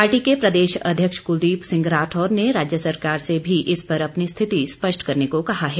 party के प्रदेश अध्यक्ष कुलदीप सिंह राठौर ने राज्य सरकार से भी इस पर अपनी रिथति स्पष्ट करने को कहा है